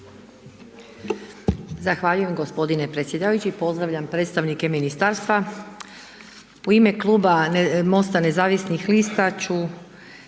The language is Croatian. Zahvaljujem gospodine predsjedavajući, pozdravljam predstavnike ministarstva. U ime Kluba MOST-a nezavisnih lista ću